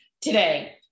today